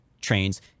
trains